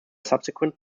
subsequent